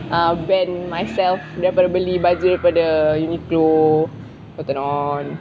uh prevent myself daripada beli baju dari Uniqlo Cotton On